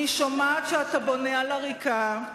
אני שומעת שאתה בונה על עריקה,